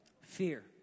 Fear